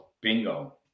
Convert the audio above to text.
bingo